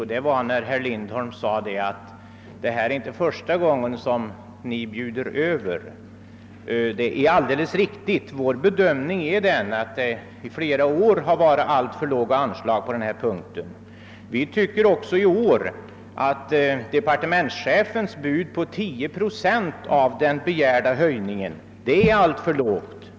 Herr Lindholm sade att detta inte är första gången som vi bjuder över. Det är riktigt! Vår bedömning är att det under flera år utgått alldeles för små anslag på denna punkt. Vi tycker också i år att departementschefens bud på 10 procent av den begärda höjningen är alltför lågt.